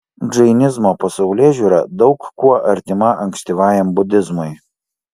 džainizmo pasaulėžiūra daug kuo artima ankstyvajam budizmui